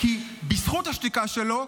כי בזכות השתיקה שלו,